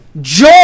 Joy